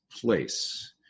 place